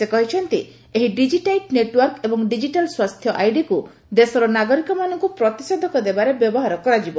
ସେ କହିଛନ୍ତି ଏହି ଡିକିଟାଇଜ୍ ନେଟୱର୍କ ଏବଂ ଡିଜିଟାଲ ସ୍ୱାସ୍ଥ୍ୟ ଆଇଡିକୁ ଦେଶର ନାଗରିକମାନଙ୍କୁ ପ୍ରତିଷେଧକ ଦେବାରେ ବ୍ୟବହାର କରାଯିବ